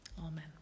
Amen